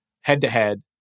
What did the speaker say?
head-to-head